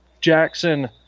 Jackson